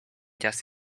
just